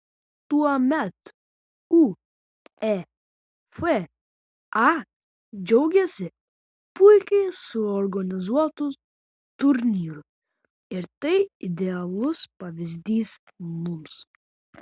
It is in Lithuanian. tuomet uefa džiaugėsi puikiai suorganizuotu turnyru ir tai idealus pavyzdys mums